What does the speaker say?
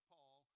Paul